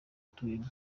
utuyemo